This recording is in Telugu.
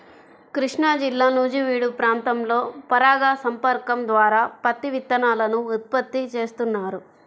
కృష్ణాజిల్లా నూజివీడు ప్రాంతంలో పరాగ సంపర్కం ద్వారా పత్తి విత్తనాలను ఉత్పత్తి చేస్తున్నారు